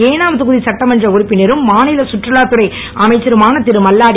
ஏஞம் தொகுதி சட்டமன்ற உறுப்பினரும் மாநில சுற்றுலாத் துறை அமைச்சருமான திருமல்லாடி